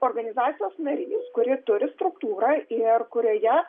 organizacijos narys kuri turi struktūrą ir kurioje